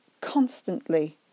constantly